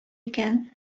икән